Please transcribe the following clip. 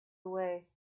away